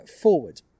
forward